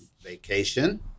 Vacation